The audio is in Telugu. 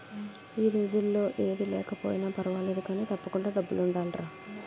ఈ రోజుల్లో ఏది లేకపోయినా పర్వాలేదు కానీ, తప్పకుండా డబ్బులుండాలిరా